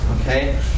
Okay